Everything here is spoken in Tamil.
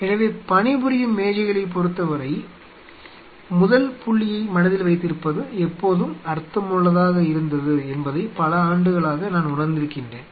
எனவே பணிபுரியும் மேஜைகளைப் பொறுத்தவரை முதல் புள்ளியை மனதில் வைத்திருப்பது எப்போதும் அர்த்தமுள்ளதாக இருந்தது என்பதை பல ஆண்டுகளாக நான் உணர்ந்திருக்கின்றேன்